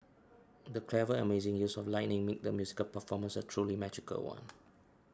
the clever and amazing use of lighting made the musical performance a truly magical one